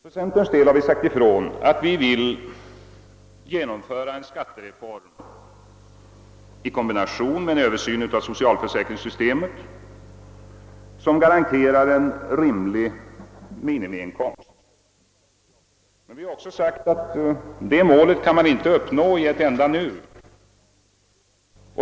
För centerns del har vi sagt ifrån att vi vill genomföra en skattereform i kombination med en översyn av socialförsäkringssystemet som <sgaranterar en rimlig minimiinkomst. Men vi har också sagt att detta mål inte kan uppnås på en enda gång.